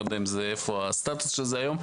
ואני לא יודע איפה הסטטוס של זה היום.